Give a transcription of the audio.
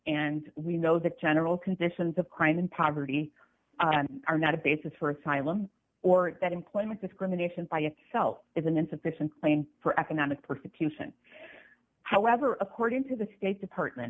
and we know that general conditions of crime and poverty are not a basis for asylum or that employment discrimination by itself is an insufficient plane for economic persecution however according to the state department